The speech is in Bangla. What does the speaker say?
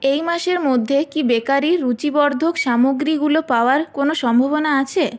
এই মাসের মধ্যে কি বেকারির রুচিবর্ধক সামগ্রীগুলো পাওয়ার কোনো সম্ভাবনা আছে